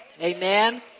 Amen